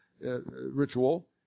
ritual